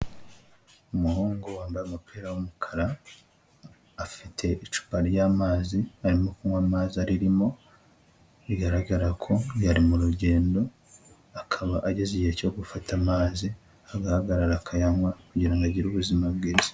Umuhungu wambaye umupira w'umukara, afite icupa ry'amazi arimo kunywa amazi aririmo, bigaragara ko yari mu rugendo, akaba ageze igihe cyo gufata amazi, agahagarara akayanywa kugira ngo agire ubuzima bwiza.